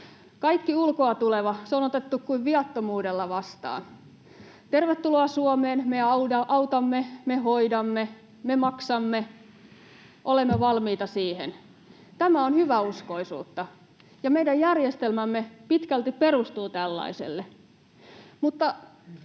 Kaikki ulkoa tuleva on otettu kuin viattomuudella vastaan. Tervetuloa Suomeen, me autamme, me hoidamme, me maksamme, olemme valmiita siihen. Tämä on hyväuskoisuutta, ja meidän järjestelmämme pitkälti perustuu tällaiselle. Mutta